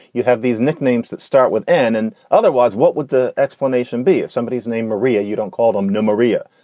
you have these nicknames that start with n. and otherwise, what would the explanation be if somebody is named maria? you don't call them no. maria.